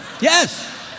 Yes